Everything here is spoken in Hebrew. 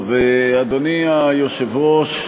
לא היו העברות של